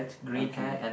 okay